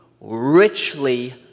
richly